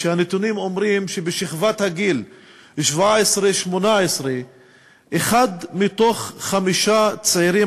הנתונים אומרים שבשכבת הגיל 17 18 אחד מתוך חמישה צעירים